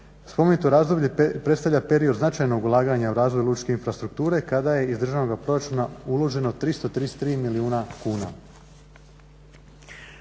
Spomenuto razdoblje predstavlja period značajnog ulaganja u razvoj lučkih infrastruktura kada je iz državnog proračuna uloženo 333 milijuna kuna.